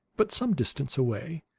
but some distance away,